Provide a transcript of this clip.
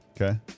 okay